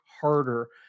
harder